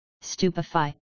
Stupefy